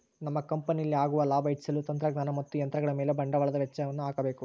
ನಮ್ಮ ಕಂಪನಿಯಲ್ಲಿ ಆಗುವ ಲಾಭ ಹೆಚ್ಚಿಸಲು ತಂತ್ರಜ್ಞಾನ ಮತ್ತು ಯಂತ್ರಗಳ ಮೇಲೆ ಬಂಡವಾಳದ ವೆಚ್ಚಯನ್ನು ಹಾಕಬೇಕು